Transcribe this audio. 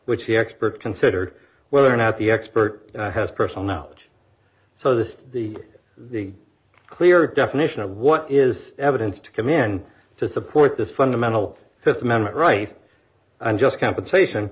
which the expert considered whether or not the expert has personal knowledge so this is the the clear definition of what is evidence to come in to support this fundamental th amendment right i'm just compensation